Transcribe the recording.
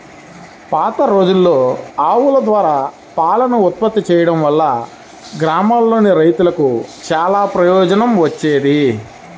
పాతరోజుల్లో ఆవుల ద్వారా పాలను ఉత్పత్తి చేయడం వల్ల గ్రామాల్లోని రైతులకు చానా ప్రయోజనం వచ్చేది